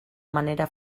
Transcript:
manera